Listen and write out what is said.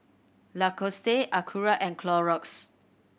Lacoste Acura and Clorox